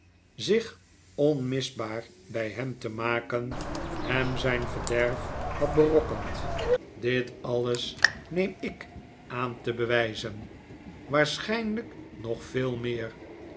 zich onmisbaar bij hem te maken hem zijn verderf had berokkend dit alles neem ik aan te bewijzen waarschijnlijk nog veel meer